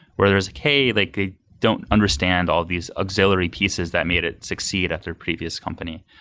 where there's like, hey, they don't understand all these auxiliary pieces that made it succeed at their previous company.